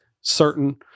certain